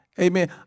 Amen